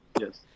Yes